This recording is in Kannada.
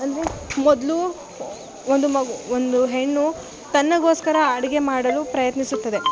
ಅಂದರೆ ಮೊದಲು ಒಂದು ಮಗು ಒಂದು ಹೆಣ್ಣು ತನಗೋಸ್ಕರ ಅಡುಗೆ ಮಾಡಲು ಪ್ರಯತ್ನಿಸುತ್ತದೆ